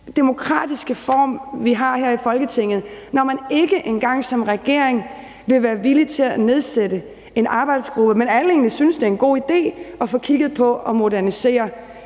demokratiske form, vi har her i Folketinget, når man ikke engang som regering vil være villig til at nedsætte en arbejdsgruppe, selv om alle egentlig synes, det en god idé at få kigget på at modernisere